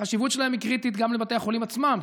החשיבות של המוסדות הללו קריטית גם לבתי החולים עצמם,